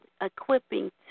equipping